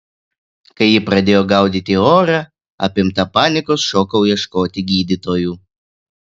kai ji pradėjo gaudyti orą apimta panikos šokau ieškoti gydytojų